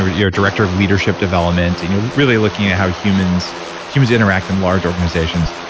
you're director of leadership development and you're really looking at how humans humans interact in large organizations.